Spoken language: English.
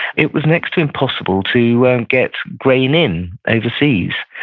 it was next to impossible to and get grain in overseas.